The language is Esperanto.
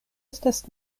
estas